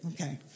Okay